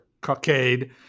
cockade